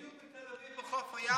בדיוק בתל אביב בחוף הים,